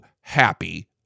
happy